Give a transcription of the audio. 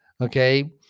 Okay